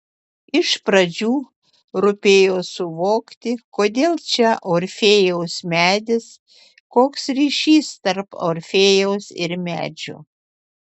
iš pradžių rūpėjo suvokti kodėl čia orfėjaus medis koks ryšys tarp orfėjaus ir medžio